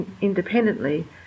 independently